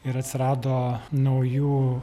ir atsirado naujų